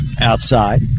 outside